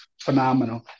phenomenal